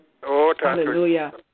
Hallelujah